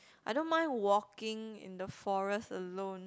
I don't mind walking in the forest alone